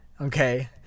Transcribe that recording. Okay